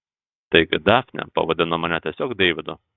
taigi dafnė pavadino mane tiesiog deividu